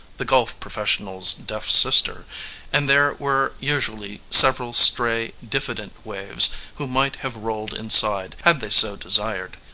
the golf professional's deaf sister and there were usually several stray, diffident waves who might have rolled inside had they so desired.